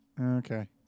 Okay